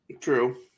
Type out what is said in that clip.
True